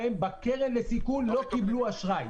בקרן לסיכון לא קיבלו אשראי.